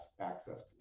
access